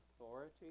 authority